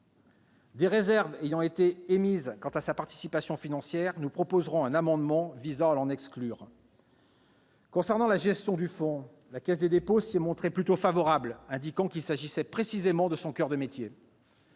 Des réserves ayant été émises quant à la participation financière de la Caisse, nous présenterons un amendement visant à l'en exclure. Concernant la gestion du fonds, la Caisse des dépôts s'y est montrée plutôt favorable, indiquant qu'il s'agissait précisément de son coeur de métier.